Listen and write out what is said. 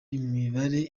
imibare